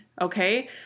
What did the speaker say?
Okay